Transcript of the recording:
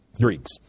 Greeks